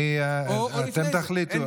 אתם תחליטו.